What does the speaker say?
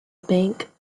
bank